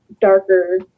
darker